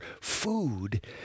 food